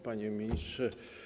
Panie Ministrze!